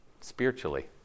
spiritually